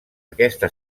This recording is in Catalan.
aquesta